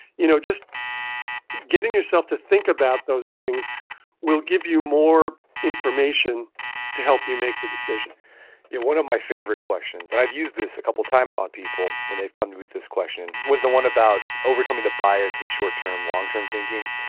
you know just getting yourself to think about those things will give you more information to help you make the decision one of my favorite questions, and i've used this a couple times on people when they've come to me with this question, was the one about overcoming the biases of short-term long-term thinking.